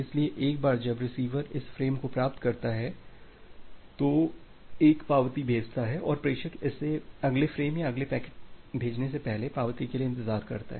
इसलिए एक बार जब रिसीवर इस फ्रेम को प्राप्त करता है तो यह एक पावती भेजता है और प्रेषक इसे अगले फ्रेम या अगले पैकेट भेजने से पहले पावती के लिए इंतजार करता है